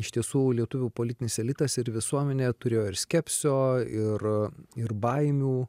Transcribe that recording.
iš tiesų lietuvių politinis elitas ir visuomenė turėjo ir skepsio ir ir baimių